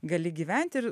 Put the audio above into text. gali gyventi ir